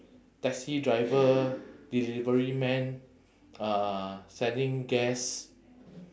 taxi driver delivery man uh sending gas